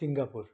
Singapore